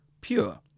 pure